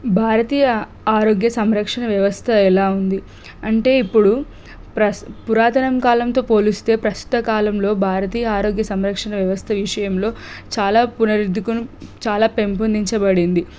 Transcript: భారతీయ ఆరోగ్య సంరక్షణ వ్యవస్థ ఎలా ఉంది అంటే ఇప్పుడు ప్రస్ పురాతనం కాలంతో పోలిస్తే ప్రస్తుత కాలంలో భారతీయ ఆరోగ్య సంరక్షణ వ్యవస్థ విషయంలో చాలా పునరుద్దరించుకుని చాలా పెంపొందించబడింది